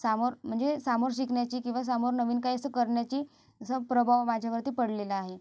समोर म्हणजे समोर शिकण्याची किंवा समोर नवीन काही असं करण्याची असा प्रभाव माझ्यावरती पडलेला आहे